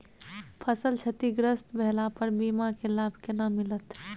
फसल क्षतिग्रस्त भेला पर बीमा के लाभ केना मिलत?